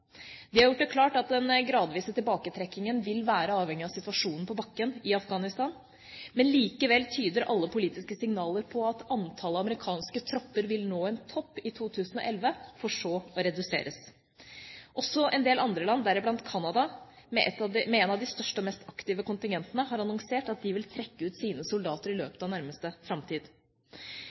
De har gjort det klart at den gradvise tilbaketrekkingen vil være avhengig av situasjonen på bakken i Afghanistan, men likevel tyder alle politiske signaler på at antallet amerikanske tropper vil nå en topp i 2011, for så å reduseres. Også en del andre land, deriblant Canada med en av de største og mest aktive kontingentene, har annonsert at de vil trekke ut sine soldater i løpet av nærmeste framtid.